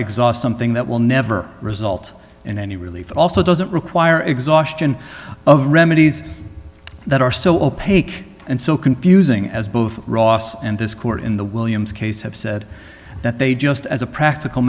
exhaust something that will never result in any relief also doesn't require exhaustion of remedies that are so opaque and so confusing as both ross and this court in the williams case have said that they just as a practical